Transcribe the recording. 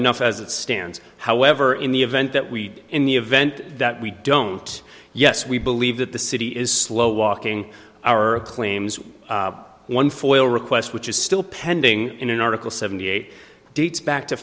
enough as it stands however in the event that we did in the event that we don't yes we believe that the city is slow walking our claims one for oil request which is still pending in an article seventy eight dates back to